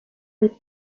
les